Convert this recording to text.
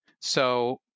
So-